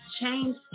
Change